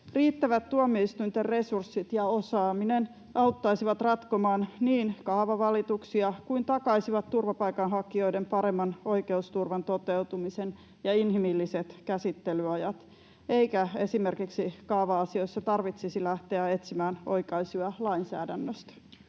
Riittävät tuomioistuinten resurssit ja osaaminen auttaisivat ratkomaan kaavavalituksia sekä takaisivat turvapaikanhakijoiden paremman oikeusturvan toteutumisen ja inhimilliset käsittelyajat, eikä esimerkiksi kaava-asioissa tarvitsisi lähteä etsimään oikaisua lainsäädännöstä.